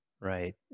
Right